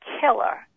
killer